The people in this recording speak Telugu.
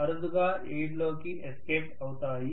అరుదుగా ఎయిర్ లోకి ఎస్కేప్ అవుతాయి